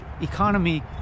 economy